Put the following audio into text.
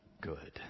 good